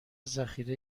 ذخیره